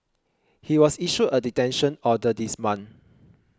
he was issued a detention order this month